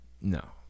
No